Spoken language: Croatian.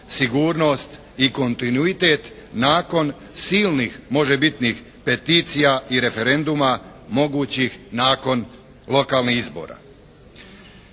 sigurnost i kontinuitet nakon silnih možebitnih peticija i referenduma mogućih nakon lokalnih izbora.